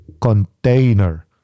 container